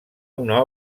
una